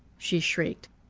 she shrieked.